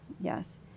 yes